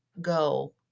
go